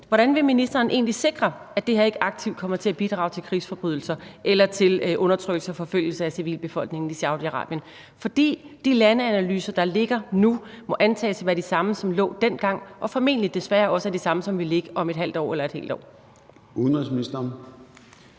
Hvordan vil ministeren egentlig sikre, at det her ikke aktivt kommer til at bidrage til krigsforbrydelser eller til undertrykkelse og forfølgelse af civilbefolkningen i Saudi-Arabien? For de landeanalyser, der ligger nu, må antages at være de samme, som lå dengang, og de vil formentlig desværre også være de samme, som vil ligge om et halvt år eller et helt år. Kl.